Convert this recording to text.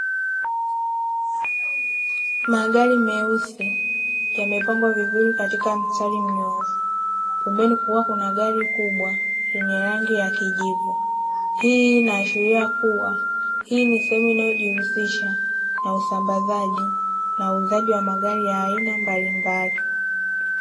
Magari meusi yamepangwa vizuri katika mstari mnyoofu, pembeni kukiwa kuna gari kubwa yenye ranig ya kijivu, hii inaashiria kuwa hii ni sehemu inayojihusisha na usambazaji, na uuzaji wa magari ya aina mbalimbali.